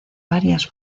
varias